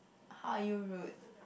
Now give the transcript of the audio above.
how are you rude